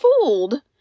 fooled